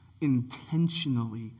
intentionally